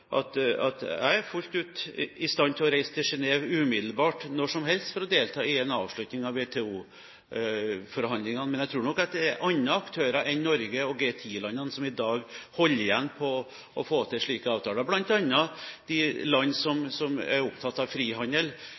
sånn at jeg er fullt ut i stand til å reise til Genève umiddelbart – når som helst – for å delta i en avslutning av WTO-forhandlingene. Men jeg tror nok at det er andre aktører enn Norge og G10-landene som i dag holder igjen på det å få til slike avtaler, bl.a. de landene som er opptatt av frihandel,